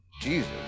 Jesus